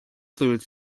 fluid